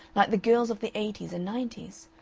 like the girls of the eighties and nineties,